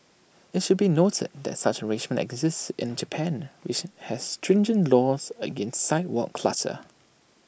IT should be noted that such an arrangement exists in Japan which has stringent laws against sidewalk clutter